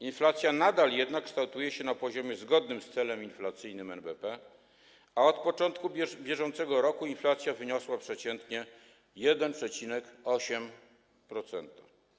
Inflacja nadal jednak kształtuje się na poziomie zgodnym z celem inflacyjnym NBP, a od początku bieżącego roku inflacja wyniosła przeciętnie 1,8%.